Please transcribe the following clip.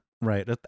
Right